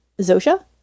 Zosha